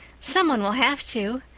some one will have to.